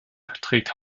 trägt